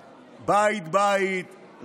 בית-בית,